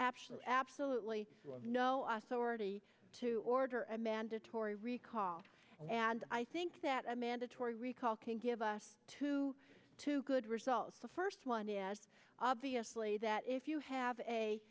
absolutely absolutely no authority to order a mandatory recall and i think that a mandatory recall can give us to two good results the first one is obviously that if you have a